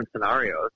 scenarios